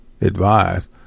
advised